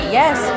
yes